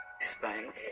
Spain